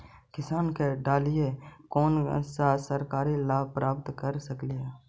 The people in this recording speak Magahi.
किसान के डालीय कोन सा सरकरी लाभ प्राप्त कर सकली?